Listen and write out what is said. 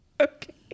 Okay